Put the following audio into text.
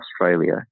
Australia